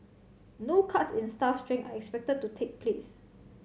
no cuts in staff strength are expected to take place